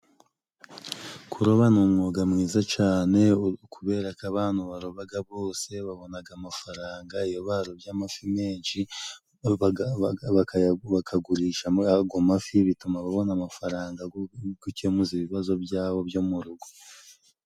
Kuroba ni umwuga mwiza cane，kubere ko abantu barobaga bose babonaga amafaranga，iyo barobye amafi menshi， bakagurisha muri ago amafi bituma babona amafaranga， go gukemuza ibibazo byabo byo mu rugo.